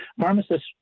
Pharmacists